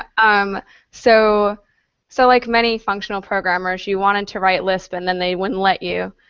um so so like many functional programmers, you wanted to write lisp and then they wouldn't let you,